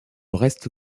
reste